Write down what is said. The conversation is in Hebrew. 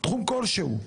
תחום כלשהו,